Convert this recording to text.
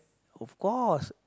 of course